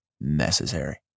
necessary